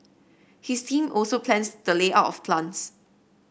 his team also plans the layout of plants